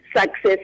success